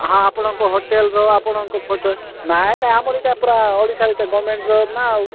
ହଁ ଆପଣଙ୍କ ହୋଟେଲର ଆପଣଙ୍କ ଫଟୋ ନାଇଁ ନାଇଁ ଆମର ଏଇଟା ପୁରା ଓଡ଼ିଶାରେ ଏଟା ଗମେଣ୍ଟର ନା ଆଉ